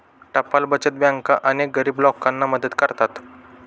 टपाल बचत बँका अनेक गरीब लोकांना मदत करतात